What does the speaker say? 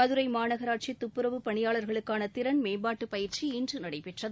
மதுரை மாநகராட்சி துப்புரவு பணியாளா்களுக்கான திறன் மேம்பாட்டு பயிற்சி இன்று நடைபெற்றது